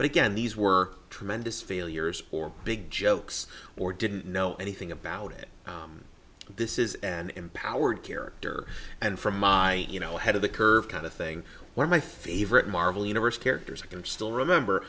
but again these were tremendous failures or big jokes or didn't know anything about it this is an empowered character and from my you know ahead of the curve kind of thing where my favorite marvel universe characters i can still remember